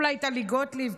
אולי טלי גוטליב,